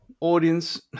audience